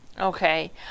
Okay